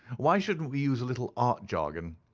why shouldn't we use a little art jargon.